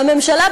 והממשלה,